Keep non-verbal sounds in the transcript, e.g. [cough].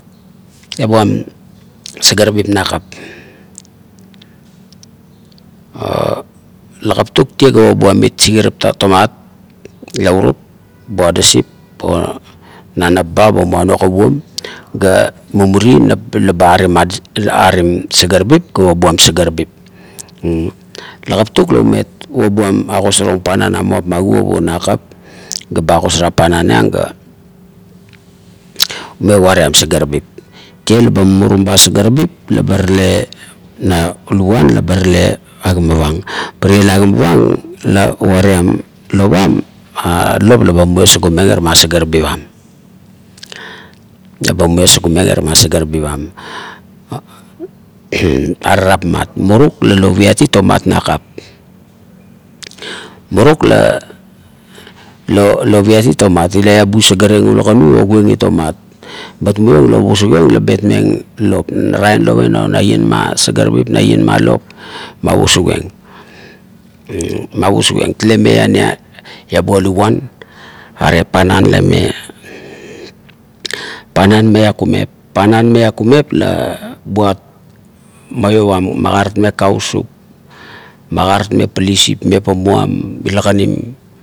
Iabuam sagarabip nakap a lagaptuk tie ga wabuam it sigarap it tomat naurup bo adisip o na nap ba bo muano kuguom ga mumuri nap la ba aruim sagarabip ga wabuam sagarabip "aee" lagaptuk la umet wabuam, agosarong panan na miuap ma kuop o nakap ga ba agosarieng panan iang ga ume wariam sagarabip, tie la ba mumurum ba sagarabip, la ba tale, na luguan, lab tale magimavang, pa tie la agimavang la wariam lop am, [hesitation] lop la ba mumiong sugumeng ira sagarabip am. La ba mumiong sugumeng irama sagarabip am. [noise] areratmat, muruk la lopiat tomat, ila iabu sagar, ula kanu, ogo ieng it tomat, bat muiong ga opusuk ieng la bet meng lop, narain lopien, o naieng ma sagarabip, naien ma lop, ma pusukieng, ma pusukieng. Talekan ime iabua luguan are panam la ime panan maiang kumep, panan maiang kumep la buat maiovam, makaratmeng kausup, makaratmeng palisip mevanuan mila kanim